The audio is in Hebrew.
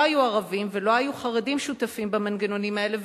לא היו ערבים ולא היו חרדים שותפים במנגנונים האלה,